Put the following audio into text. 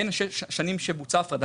בין השנים שבוצעה הפרדה,